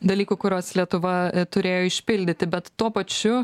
dalykų kuriuos lietuva turėjo išpildyti bet tuo pačiu